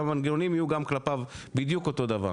והמנגנונים יהיו גם כלפיו בדיוק אותו דבר.